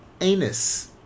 anus